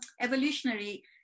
evolutionary